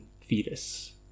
fetus